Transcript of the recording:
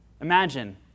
Imagine